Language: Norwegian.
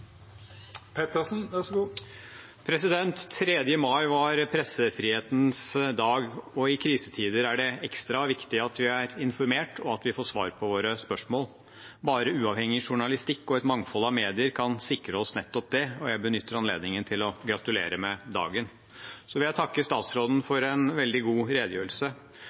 mai var pressefrihetens dag, og i krisetider er det ekstra viktig at vi er informert, og at vi får svar på våre spørsmål. Bare uavhengig journalistikk og et mangfold av medier kan sikre oss nettopp det, og jeg benytter anledningen til å gratulere med dagen. Jeg vil takke statsråden for en veldig god redegjørelse.